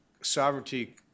sovereignty